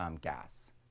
gas